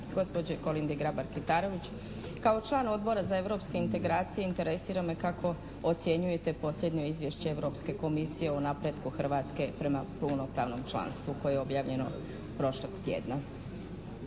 gospođi Kolindi Grabar-Kitarović. Kao član Odbora za europske integracije interesira me kako ocjenjujete posljednje izvješće Europske komisije o napretku Hrvatske prema punopravnom članstvu koje je objavljeno prošlog tjedna.